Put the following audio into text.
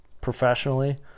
professionally